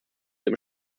dem